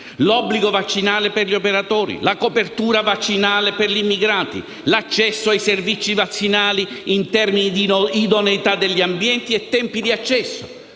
l'obbligo vaccinale per gli operatori; la copertura vaccinale per gli immigrati; l'accesso ai servizi vaccinali in termini di idoneità degli ambienti e tempi di accesso.